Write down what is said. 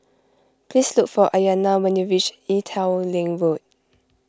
please look for Aiyana when you reach Ee Teow Leng Road